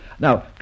Now